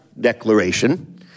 Declaration